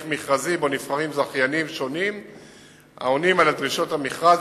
מכרזי שבו נבחרים זכיינים העונים על דרישות המכרז,